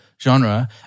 genre